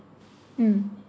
mm